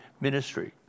ministry